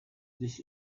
this